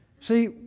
see